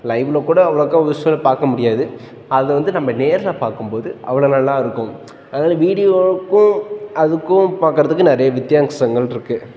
லைவ்வில் கூட அவ்ளோக்கா விஷுவல் பார்க்க முடியாது அதை வந்து நம்ம நேரில் பார்க்கும் போது அவ்வளோ நல்லா இருக்கும் அதனால் வீடியோவுக்கும் அதுக்கும் பார்க்குறதுக்கு நிறைய வித்தியாசங்களிருக்கு